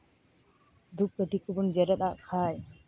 ᱫᱷᱩᱯ ᱠᱟᱹᱴᱷᱤ ᱠᱚᱵᱚᱱ ᱡᱮᱨᱮᱫᱟᱜ ᱠᱷᱟᱱ